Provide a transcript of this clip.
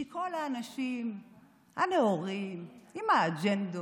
כי כל האנשים הנאורים, עם האג'נדות,